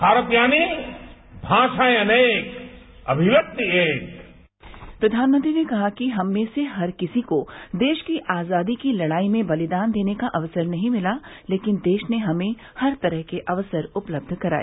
भारत यानी भाषाएं अनेक अमिव्यक्ति एक प्रधानमंत्री ने कहा कि हम में से हर किसी को देश की आजादी की लड़ाई में बलिदान देने का अवसर नहीं मिला लेकिन देश ने हमें हर तरह के अवसर उपलब्ध कराए